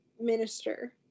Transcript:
minister